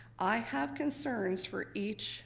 i have concerns for each